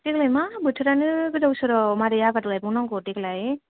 देग्लाय मा बोथोरानो गोदाव सोराव माबोरै आबाद गायबावनांगौ देग्लाय